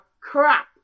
crap